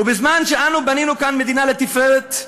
ובזמן שאנו בנינו כאן מדינה לתפארת,